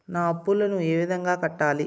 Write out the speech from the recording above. నా అప్పులను ఏ విధంగా కట్టాలి?